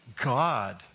God